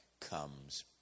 comes